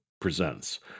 presents